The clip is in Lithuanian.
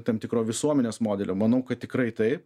tam tikro visuomenės modelio manau kad tikrai taip